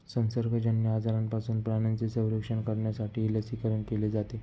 संसर्गजन्य आजारांपासून प्राण्यांचे संरक्षण करण्यासाठीही लसीकरण केले जाते